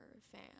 fan